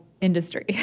industry